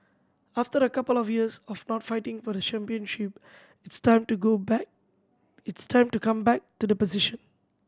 after a couple of years of not fighting for the championship it's time to go back it's time to come back to the position